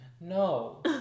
No